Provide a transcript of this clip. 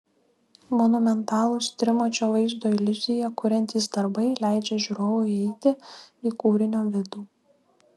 monumentalūs trimačio vaizdo iliuziją kuriantys darbai leidžia žiūrovui įeiti į kūrinio vidų